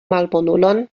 malbonulon